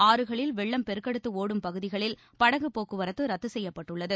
ஆறுகளில் வெள்ளம் பெருக்கெடுத்து ஒடும் பகுதிகளில் படகு போக்குவரத்து ரத்து செய்யப்பட்டுள்ளது